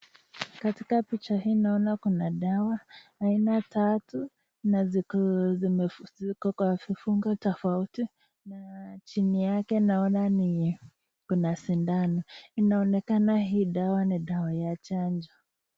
Dawa aina tatu na ziko kwa vifungo tofauti na chini yake kuna sindano. Inaonekana hii ni dawa ya chanjo.